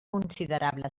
considerable